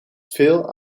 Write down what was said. veel